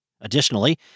Additionally